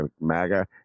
MAGA